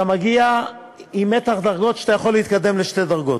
אתה מגיע עם מתח דרגות שבו אתה יכול להתקדם שתי דרגות.